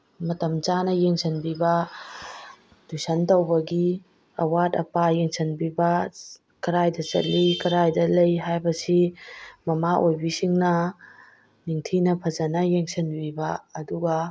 ꯃꯇꯝ ꯆꯥꯅ ꯌꯦꯡꯁꯤꯟꯕꯤꯕ ꯇ꯭ꯌꯨꯁꯟ ꯇꯧꯕꯒꯤ ꯑꯋꯥꯠ ꯑꯄꯥ ꯌꯦꯡꯁꯤꯟꯕꯤꯕ ꯀꯔꯥꯏꯗ ꯆꯠꯂꯤ ꯀꯔꯥꯏꯗ ꯂꯩ ꯍꯥꯏꯕꯁꯤ ꯃꯃꯥ ꯑꯣꯏꯕꯤꯁꯤꯡꯅ ꯅꯤꯡꯊꯤꯅ ꯐꯖꯅ ꯌꯦꯡꯁꯤꯟꯕꯤꯕ ꯑꯗꯨꯒ